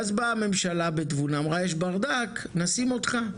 ואז באה הממשלה, בתבונה, ואמרה: "נשים אותך.